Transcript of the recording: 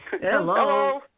Hello